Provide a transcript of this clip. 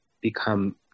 become